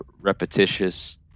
repetitious